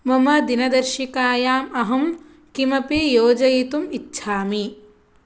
मम दिनदर्शिकायाम् अहं किमपि योजयितुम् इच्छामि